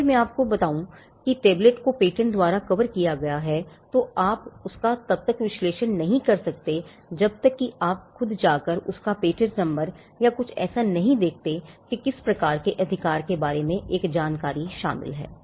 अगर मैं आपको बताता हूं कि टैबलेट को पेटेंट द्वारा कवर किया गया है तो आप उसका तब तक विश्लेषण नहीं कर सकते जब तक की आप खुद जाकर उसका पेटेंट नंबर या कुछ ऐसा नहीं देखते कि किस प्रकार के अधिकार के बारे में एक जानकारी शामिल है